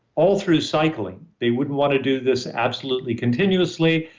all through cycling, they wouldn't want to do this absolutely continuously,